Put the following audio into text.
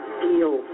feel